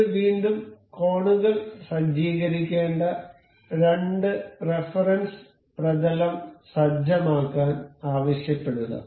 ഇത് വീണ്ടും കോണുകൾ സജ്ജീകരിക്കേണ്ട രണ്ട് റഫറൻസ് പ്രതലം സജ്ജമാക്കാൻ ആവശ്യപ്പെടുക